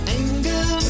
anger